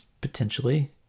potentially